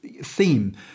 theme